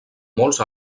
molts